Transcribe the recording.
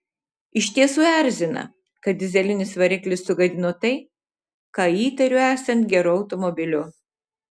iš tiesų erzina kad dyzelinis variklis sugadino tai ką įtariu esant geru automobiliu